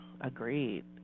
agreed